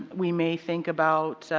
we may think about